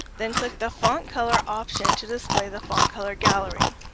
then click the font color option to display the font color gallery.